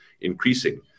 increasing